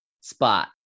spot